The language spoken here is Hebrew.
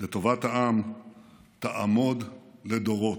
ולטובת העם תעמוד לדורות.